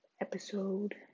episode